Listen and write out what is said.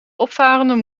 opvarenden